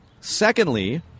Secondly